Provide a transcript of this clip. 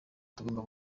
tugomba